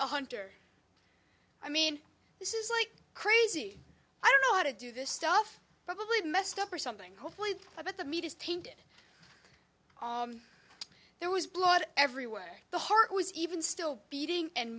a hunter i mean this is like crazy i don't know how to do this stuff probably messed up or something hopefully about the meat is tainted there was blood everywhere the heart was even still beating and